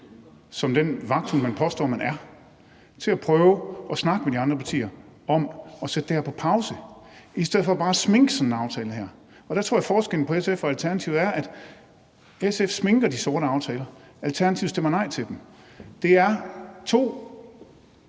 som den vagthund, man påstår man er, til at prøve at snakke med de andre partier om at sætte det her på pause, i stedet for bare at sminke sådan en aftale her. Der tror jeg, at forskellen på SF og Alternativet er, at SF's sminker de sorte aftaler, Alternativet stemmer nej til dem. Det er to